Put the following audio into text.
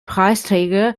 preisträger